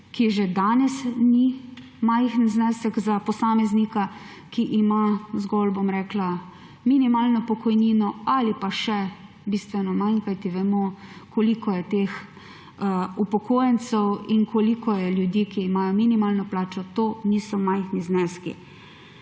ki že danes ni majhen znesek za posameznika, ki ima zgolj minimalno pokojnino ali pa še bistveno manj, kajti vemo, koliko je teh upokojencev in koliko je ljudi, ki imajo minimalno plačo. To niso majhni zneski,